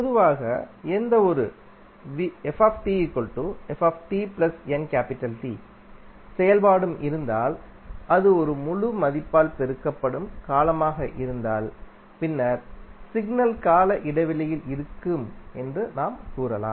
பொதுவாக எந்தவொரு செயல்பாடும் இருந்தால் அது ஒரு முழு மதிப்பால் பெருக்கப்படும் காலமாக இருந்தால் பின்னர் சிக்னல் கால இடைவெளியில் இருக்கும்என்று நாம் கூறலாம்